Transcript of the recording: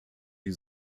die